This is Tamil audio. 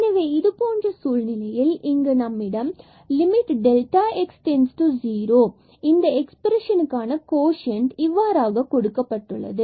எனவே இது போன்ற சூழ்நிலையில் இங்கு நம்மிடம் லிமிட் x→0 இந்த எக்ஸ்பிரேஷனுக்கான கோஷண்ட் இவ்வாறாக கொடுக்கப்பட்டுள்ளது